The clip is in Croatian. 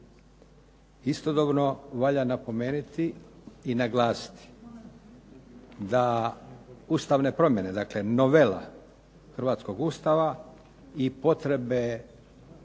Istodobno valja napomenuti i naglasiti da ustavne promjene, dakle novela hrvatskog Ustava i potrebe